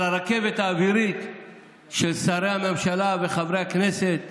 על הרכבת האווירית של שרי הממשלה וחברי הכנסת